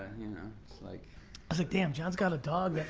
you know it's like it's like damn, john's got a dog.